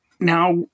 Now